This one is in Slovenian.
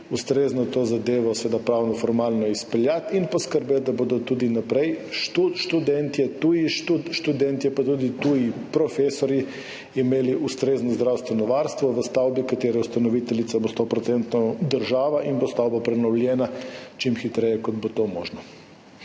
ustrezno to zadevo seveda pravno-formalno izpeljati in poskrbeti, da bodo imeli tudi naprej študentje, tuji študentje, pa tudi tuji profesorji ustrezno zdravstveno varstvo v stavbi, katere ustanoviteljica bo stoprocentno država in bo stavba prenovljena čim hitreje, kot bo to možno.